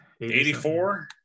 84